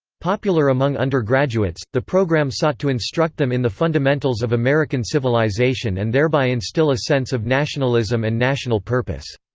popular among undergraduates, the program sought to instruct them in the fundamentals of american civilization and thereby instill a sense of nationalism and national purpose.